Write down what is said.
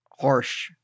harsh